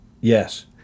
Yes